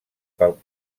pel